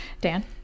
Dan